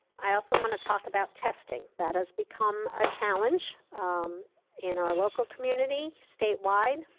i also wanna talk about testing. that has become a challenge in our local community, state-wide,